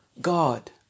God